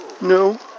No